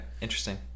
Interesting